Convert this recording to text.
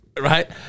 Right